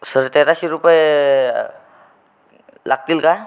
sir तेराशे रुपये लागतील का